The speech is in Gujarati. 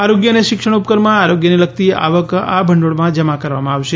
આરોગ્ય અને શિક્ષણ ઉપકરમાં આરોગ્યને લગતી આવક આ ભંડોળમાં જમા કરવા માં આવશે